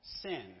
Sin